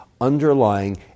underlying